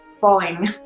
falling